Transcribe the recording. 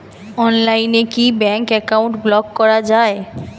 অনলাইনে কি bank account block করা য়ায়?